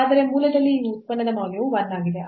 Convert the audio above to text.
ಆದರೆ ಮೂಲದಲ್ಲಿ ಈ ಉತ್ಪನ್ನದ ಮೌಲ್ಯವು 1 ಆಗಿದೆ